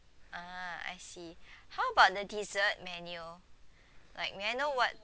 ah I see how about the dessert menu like may I know what